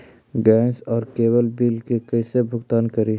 Gas और cable bill के कैसे भुगतान करी?